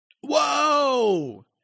Whoa